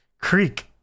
creek